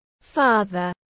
father